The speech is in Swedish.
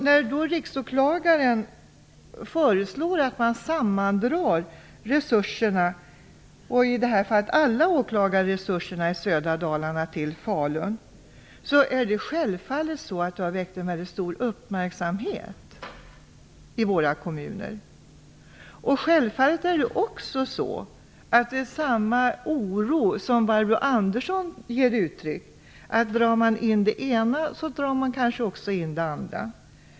Att Riksåklagaren i det här fallet föreslår att man skall sammandra alla åklagarresurser i södra Dalarna till Falun har självfallet väckt mycket stor uppmärksamhet i våra kommuner. Det leder naturligtvis till den oro som Barbro Andersson ger uttryck för, att om man drar in det ena så kanske man också drar in det andra.